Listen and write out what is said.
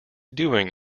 doing